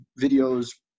videos